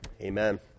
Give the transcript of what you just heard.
amen